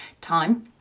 time